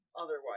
otherwise